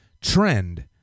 trend